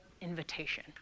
invitation